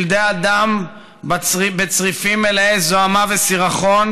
שלדי אדם, בצריפים מלאי זוהמה וסירחון,